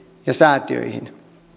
ja säätiöihin